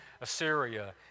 Assyria